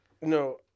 no